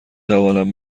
توانم